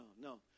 no